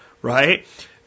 Right